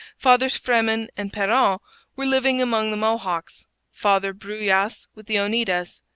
fathers fremin and pierron were living among the mohawks father bruyas with the oneidas.